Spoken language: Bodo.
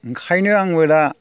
ओंखायनो आंबो दा